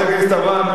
חברת הכנסת אברהם,